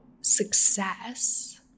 success